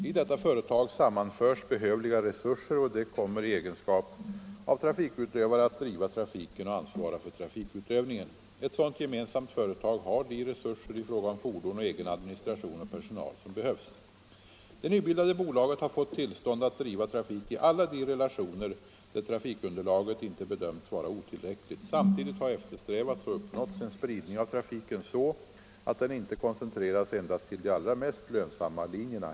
I detta företag sammanförs behövliga resurser, och det kommer i egenskap av trafikutövare att driva trafiken och ansvara för trafikutövningen. Eu sådant gemensamt företag har de resurser i fråga om fordon och egen administration och personal som behövs. Det nybildade bolaget har fått tillstånd att driva trafik i alla de relationer där trafikunderlaget inte bedömts vara otillräckligt. Samtidigt har eftersträvats och uppnåtts en spridning av trafiken så att den inte koncentreras endast till de allra mest lönsamma linjerna.